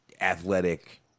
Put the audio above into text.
athletic